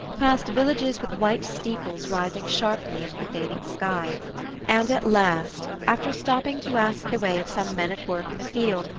past villages with white steeples rising sharply into the fading sky and at last, after stopping to ask the way of some men at work in a field,